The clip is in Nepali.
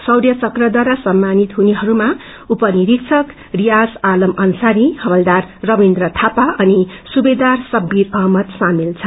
शौर्य चक्रद्वारा सम्मानित हुनेहरूमा उप निरीक्षक रियाज आलम अन्सारी इव्लदार रविन्द्र थापा अनि सुवेदार शबीर अहमद सामेल छन्